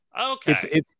Okay